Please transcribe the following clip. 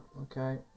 okay